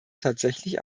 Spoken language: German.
tatsächlich